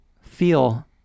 feel